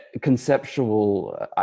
conceptual